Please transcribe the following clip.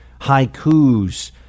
haikus